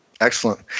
Excellent